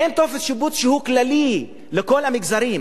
אין טופס שיבוץ שהוא כללי לכל המגזרים,